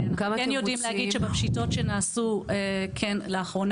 אנחנו כן יודעים להגיד שבפשיטות שנעשו לאחרונה,